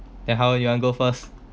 then how you want to go first